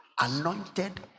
anointed